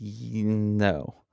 No